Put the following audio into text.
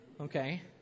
Okay